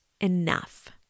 enough